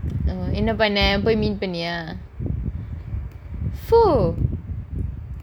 என்ன பண்ண போய்:enna panna poi meet பண்ணியா:panniyaa !fuh!